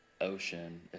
ocean